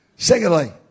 Secondly